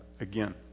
again